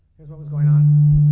here's what was going on